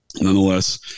nonetheless